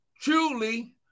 truly